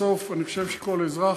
בסוף אני חושב שכל אזרח,